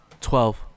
twelve